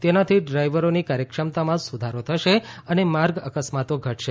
તેનાથી ડ્રાઇવરોની કાર્યક્ષમતામાં સુધારો કરશે અને માર્ગ અકસ્માતો ઘટશે